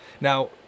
Now